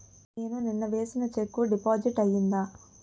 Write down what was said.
నేను నిన్న వేసిన చెక్ డిపాజిట్ అయిందా?